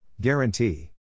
Guarantee